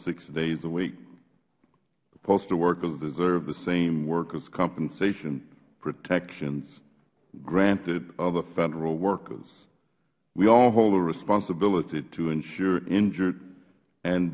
six days a week postal workers deserve the same workers compensation protections granted other federal workers we all hold a responsibility to ensure injured and